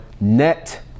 net